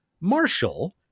Marshall